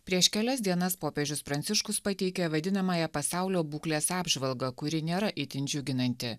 prieš kelias dienas popiežius pranciškus pateikė vadinamąją pasaulio būklės apžvalgą kuri nėra itin džiuginanti